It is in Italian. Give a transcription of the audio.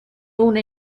una